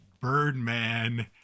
Birdman